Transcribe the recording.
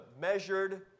measured